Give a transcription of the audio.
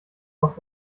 doch